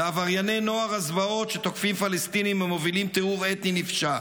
לעברייני נוער הזוועות שתוקפים פלסטינים ומובילים טיהור אתני נפשע,